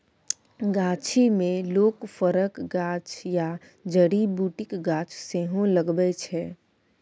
गाछी मे लोक फरक गाछ या जड़ी बुटीक गाछ सेहो लगबै छै